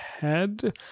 head